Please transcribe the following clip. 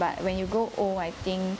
but when you grow old I think